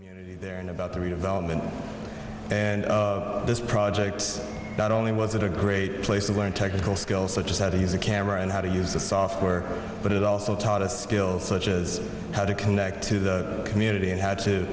click there in about the redevelopment and this project not only was it a great place to learn technical skills such as how to use a camera and how to use the software but it also taught us skills such as how to connect to the community and how to